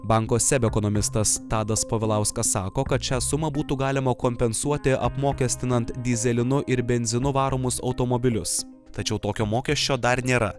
banko seb ekonomistas tadas povilauskas sako kad šią sumą būtų galima kompensuoti apmokestinant dyzelinu ir benzinu varomus automobilius tačiau tokio mokesčio dar nėra